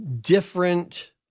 different